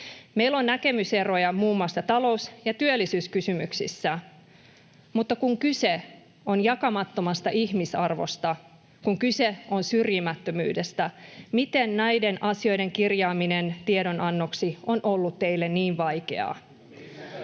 Meillä on näkemyseroja muun muassa talous- ja työllisyyskysymyksissä. Mutta kun kyse on jakamattomasta ihmisarvosta, kun kyse on syrjimättömyydestä, miten näiden asioiden kirjaaminen tiedonannoksi on ollut teille niin vaikeaa?